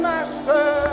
Master